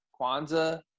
Kwanzaa